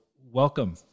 welcome